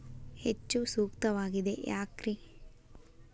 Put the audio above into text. ಹೆಚ್ಚು ಸೂಕ್ತವಾಗಿದೆ ಯಾಕ್ರಿ?